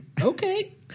okay